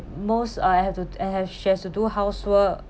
most I have to I have she has to do housework